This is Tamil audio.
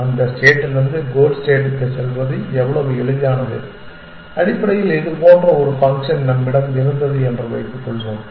அந்த ஸ்டேட்டிலிருந்து கோல் ஸ்டேட்டுக்குச் செல்வது எவ்வளவு எளிதானது அடிப்படையில் இதுபோன்ற ஒரு ஃபங்க்ஷன் நம்மிடம் இருந்தது என்று வைத்துக்கொள்வோம்